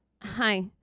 hi